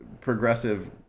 progressive